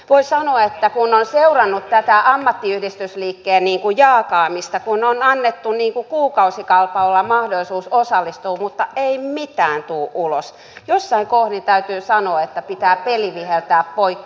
voin sanoa että kun on seurannut tätä ammattiyhdistysliikkeen jaakaamista kun on annettu kuukausikaupalla mahdollisuus osallistua mutta ei mitään tule ulos jossain kohdin täytyy sanoa että pitää peli viheltää poikki